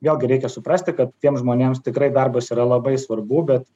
vėlgi reikia suprasti kad tiems žmonėms tikrai darbas yra labai svarbu bet